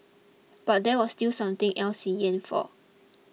but there was still something else he yearned for